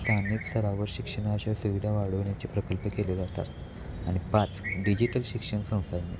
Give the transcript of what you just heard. स्थानिक स्तरावर शिक्षणाच्या सुविधा वाढविण्याचे प्रकल्प केले जातात आणि पाच डिजिटल शिक्षण संसाधनं